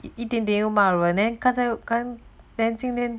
一点点就骂人 then 干才今天